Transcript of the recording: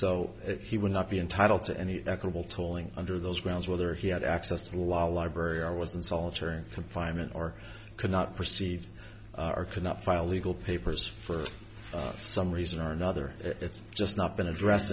so he would not be entitled to any equable tolling under those grounds whether he had access to the law library i was in solitary confinement or could not proceed are cannot file legal papers for some reason or another it's just not been addressed